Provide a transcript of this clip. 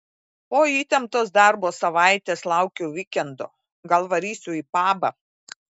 po įtemptos darbo savaitės laukiu vykendo gal varysiu į pabą